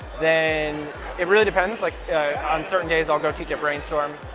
then it really depends like on certain days, i'll go teach at brainstorm.